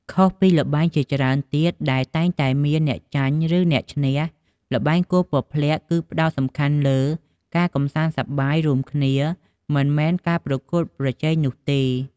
ខុសពីល្បែងជាច្រើនទៀតដែលតែងតែមានអ្នកចាញ់ ឬអ្នកឈ្នះ ល្បែងគោះពព្លាក់គឺផ្តោតសំខាន់លើ ការកម្សាន្តសប្បាយរួមគ្នា មិនមែនការប្រកួតប្រជែងនោះទេ។